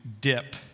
dip